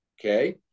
Okay